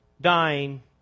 Dying